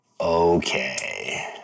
Okay